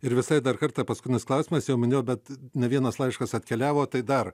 ir visai dar kartą paskutinis klausimas jau minėjau bet ne vienas laiškas atkeliavo tai dar